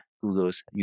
Google's